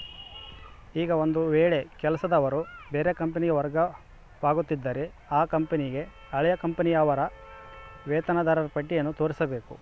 ಈಗ ಒಂದು ವೇಳೆ ಕೆಲಸದವರು ಬೇರೆ ಕಂಪನಿಗೆ ವರ್ಗವಾಗುತ್ತಿದ್ದರೆ ಆ ಕಂಪನಿಗೆ ಹಳೆಯ ಕಂಪನಿಯ ಅವರ ವೇತನದಾರರ ಪಟ್ಟಿಯನ್ನು ತೋರಿಸಬೇಕು